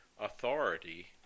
authority